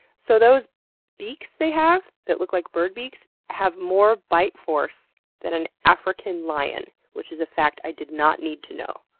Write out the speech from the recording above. so those beaks they have that look like bird beaks have more bite force than an african lion, which is a fact i did not need to know.